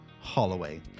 Holloway